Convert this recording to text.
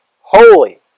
holy